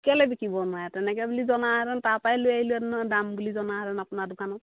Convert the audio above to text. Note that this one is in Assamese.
কেলৈ বিকিব নোৱাৰে তেনেকৈ বুলি জনাহেতেন তাৰপৰাই লৈ আহিলোঁহেতেন নহয় দাম বুলি জনাহেতেন আপোনাৰ দোকানত